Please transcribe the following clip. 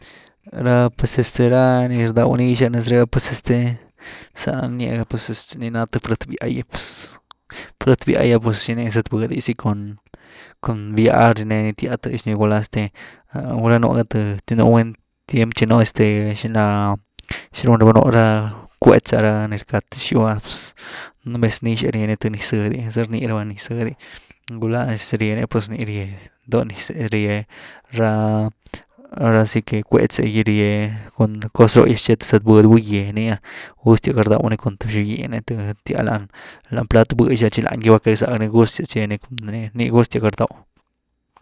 Ra pues este ra, nii rdaw nixas nes re’ah pues este za nia gagánia pues este nii ná th frëth býa’gy pues, frëth býa’gy ah pues rineeny zët budy zy cun, cun býah rinen, týa tëzni gulá este, gulá nugaza th, nú buny tiem tchi nú este ¿xini laa? Xini rundaba no, nú ra bkweét’ze ra ni rcka tëx gýw ah, nú vez nixyaz rýe th niz zëdy rnyraba niz zëdy, gulá pues rýeenia, pues nii rye doo niz’e, rye raa ahora sí que bkweétz’e gy rye, coz roogyas tche th zët-budy guhgýe, nii ah gustas gá rdawni cun th xob giny, týaa lany plat bëhx, tchi lany gy ba cayack zack’ni, gustyas tchee ni ranii gustyas gá rdaw.